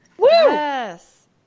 Yes